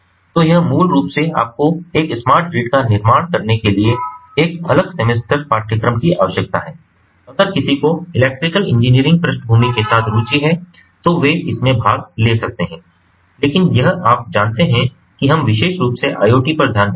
तो यह मूल रूप से आपको एक स्मार्ट ग्रिड का निर्माण करने के लिए एक अलग सेमेस्टर पाठ्यक्रम की आवश्यकता है अगर किसी को इलेक्ट्रिकल इंजीनियरिंग पृष्ठभूमि के साथ रुचि है तो वे इसमें भाग ले सकते हैं लेकिन यह आप जानते हैं कि हम विशेष रूप से IoT पर ध्यान दे रहे हैं